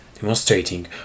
demonstrating